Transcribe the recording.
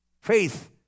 faith